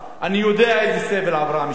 אני יודע איזה סבל עברה המשפחה.